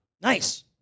Nice